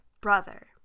brother